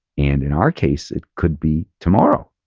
and in our case, it could be tomorrow.